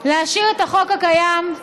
להשאיר את החוק הקיים,